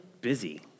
busy